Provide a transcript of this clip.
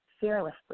fearlessly